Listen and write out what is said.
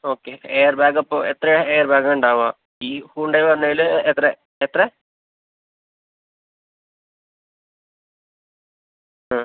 okay air bag അപ്പോൾ എത്രയാ air bag ഉണ്ടാവുക ഈ ഹുണ്ടായ് വെർണേല് എത്ര എത്രയാ എഹ്